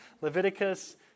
Leviticus